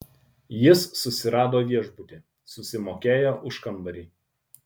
jis susirado viešbutį susimokėjo už kambarį